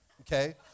okay